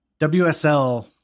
WSL